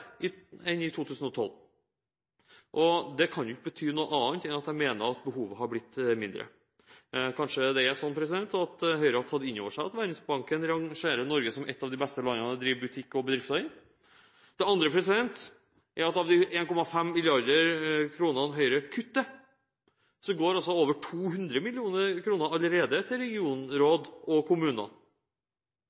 dette enn i 2012. Det kan ikke bety noe annet enn at de mener at behovet har blitt mindre. Kanskje Høyre har tatt inn over seg at Verdensbanken rangerer Norge som et av de beste landene å drive butikk og bedrifter i? Det andre er at av de 1,5 mrd. kr Høyre kutter, går over 200 mill. kr allerede til regionråd og